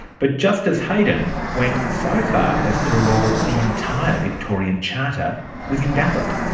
but justice heydon went so far as to rule the entire victorian charter was invalid.